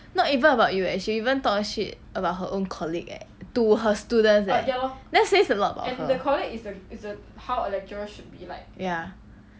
not even about you eh she even talk shit about her own colleague eh at to her students eh that says a lot about her ya